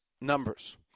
numbers